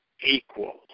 equal